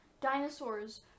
dinosaurs